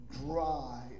dry